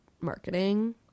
marketing